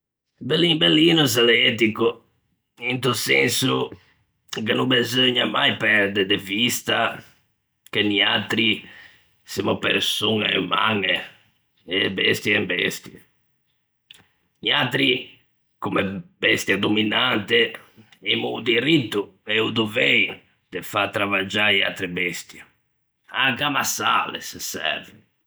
Bellin bellino se l'é etico, into senso che no beseugna mai perde de vista che niatri semmo persoñe umañe e e bestie en bestie. Niatri comme bestia dominante, emmo o diritto e o dovei de fâ travaggiâ e atre bestie, anche ammassâle se serve.